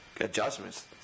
adjustments